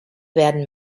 werden